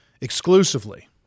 exclusively